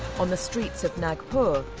on the streets of nagpur,